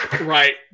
Right